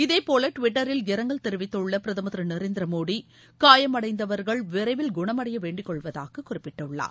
இதேபோல டுவிட்டரில் இரங்கல் தெரிவித்துள்ள பிரதமர் திரு நரேந்திர மோடி காயமடைந்தவர்கள் விரைவில் குணமடைய வேண்டிக் கொள்வதாக குறிப்பிட்டுள்ளார்